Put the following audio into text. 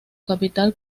capital